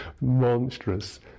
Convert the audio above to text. monstrous